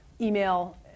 email